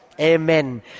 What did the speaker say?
Amen